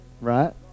Right